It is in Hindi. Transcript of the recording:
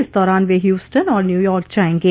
इस दौरान वे ह्यूस्टन और न्यूयॉर्क जाएंगे